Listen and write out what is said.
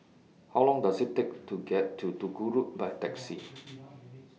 How Long Does IT Take to get to Duku Road By Taxi